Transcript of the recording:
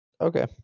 Okay